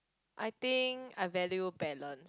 I think I value balance